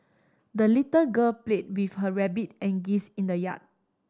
the little girl played with her rabbit and geese in the yard